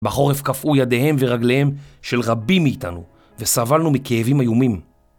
בחורף קפאו ידיהם ורגליהם של רבים מאיתנו, וסבלנו מכאבים איומים.